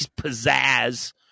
pizzazz